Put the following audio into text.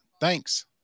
thanks